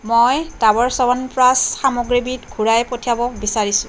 মই ডাবৰ চ্যৱনপ্ৰাচ সামগ্ৰীবিধ ঘূৰাই পঠিয়াব বিচাৰিছোঁ